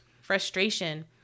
frustration